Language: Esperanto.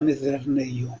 mezlernejo